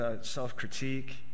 self-critique